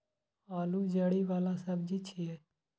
आलू जड़ि बला सब्जी छियै